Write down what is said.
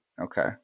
Okay